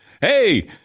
Hey